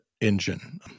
engine